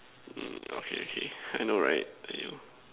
mm okay okay I know right !aiyo!